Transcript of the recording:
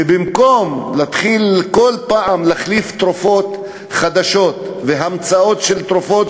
ובמקום להתחיל כל פעם להחליף תרופות חדשות והמצאות של תרופות,